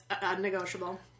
unnegotiable